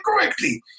correctly